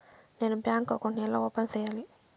నేను bank account ను ఎలా ఓపెన్ సేయాలి?